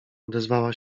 odezwała